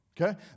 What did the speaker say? okay